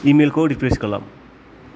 इमेलखौ refresh खालाम